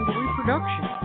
reproduction